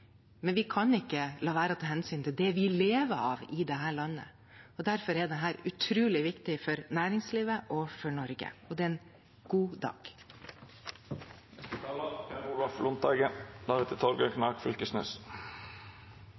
men vi kan ikke la være å ta hensyn til det vi lever av i dette landet. Derfor er dette utrolig viktig for næringslivet og for Norge, og det er en god dag.